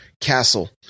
castle